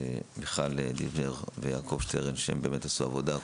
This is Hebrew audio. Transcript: מיכל דיבנר ויעקב שטרן שעשו עבודה,